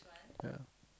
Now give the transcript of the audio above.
ya